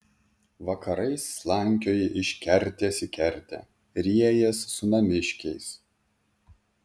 vakarais slankioji iš kertės į kertę riejies su namiškiais